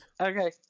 Okay